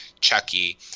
Chucky